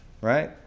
right